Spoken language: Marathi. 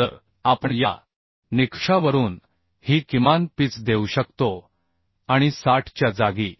तर आपण या निकषावरून ही किमान पिच देऊ शकतो आणि 60 च्या जागी